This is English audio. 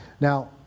Now